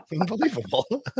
Unbelievable